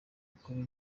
kuri